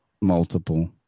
multiple